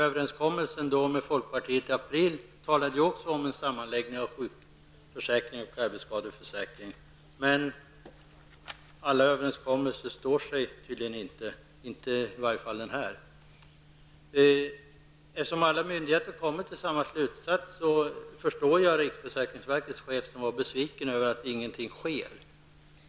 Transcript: Överenskommelsen med folkpartiet i april talade också om en sammanläggning av sjukförsäkringen och arbetsskadeförsäkringen. Men alla överenskommelser står sig tydligen inte. I varje fall inte denna. Eftersom alla myndigheter kommer till samma slutsats, förstår jag riksförsäkringsverkets chef som var besviken över att ingenting sker.